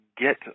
get